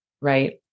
Right